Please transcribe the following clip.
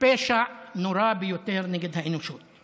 פשע נורא ביותר נגד האנושות.